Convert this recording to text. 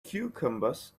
cucumbers